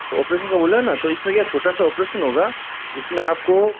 operation का बोला है ना तो इस में क्या छोटा सा ऑपरेशन होगा इस में आप को